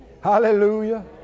Hallelujah